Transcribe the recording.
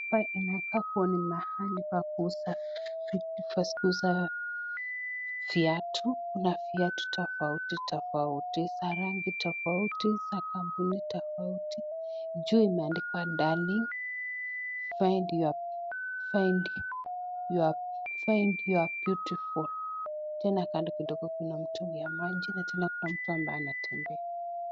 Hapa inaonekana ni pahali pa kuuza viatu, kuna viatu tofauti tofauti za rabgi tofauti za kampuni tofauti tofauti, juu imeandikwa darling find your beautiful tena hapa kando kidogo kuna mtungi ya maji na kuna mtu ambaye anatembea.